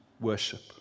worship